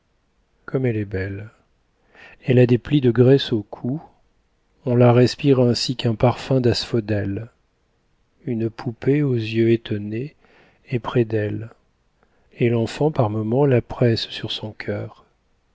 comme elle est belle elle a des plis de graisse au cou on la respire ainsi qu'un parfum d'asphodèle une poupée aux yeux étonnés est près d'elle et l'enfant par moments la presse sur son cœur